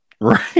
Right